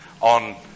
on